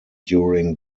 during